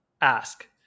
ask